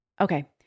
Okay